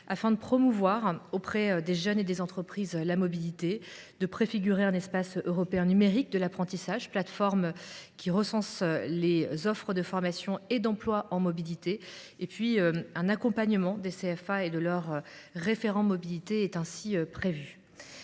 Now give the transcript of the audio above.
afin de promouvoir auprès des jeunes et des entreprises la mobilité, de préfigurer un espace européen numérique de l’apprentissage, plateforme recensant les offres de formation et d’emploi en mobilité, et d’accompagner les CFA et leurs référents mobilité. Nous